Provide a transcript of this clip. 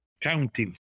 counting